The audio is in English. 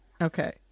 Okay